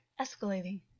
escalating